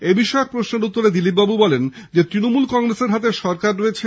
এবিষয়ে এক প্রশ্নের উত্তরে দিলীপবাবু বলেন তৃণমূল কংগ্রেসের হাতে সরকার রয়েছে